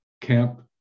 camp